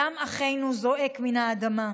דם אחינו זועק מן האדמה.